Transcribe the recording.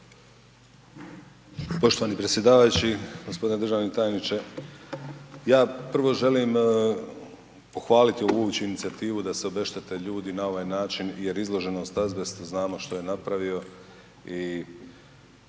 Poštovani predsjedavajući, gospodine državni tajniče ja prvo želim pohvali ovu uopće inicijativu da se obeštete ljudi na ovaj način jer izloženost azbestu znamo što je napravio